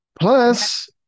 Plus